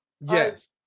yes